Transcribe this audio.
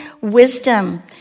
wisdom